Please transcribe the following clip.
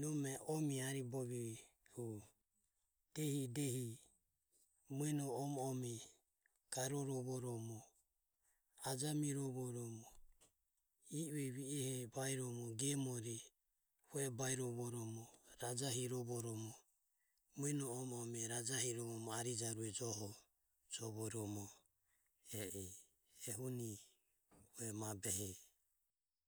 nome omie ariboviero dehi dehi mueno ome ome garorovoromo ajamirovoromo ieue vi ehe baeromo gemore hue baerovoromo rajahirovoromo mueno omo ome rajahirovomo arijaure joho jovoromo e a ehuni haue mabehe.